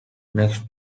next